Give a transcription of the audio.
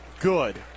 good